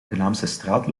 naamsestraat